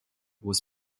was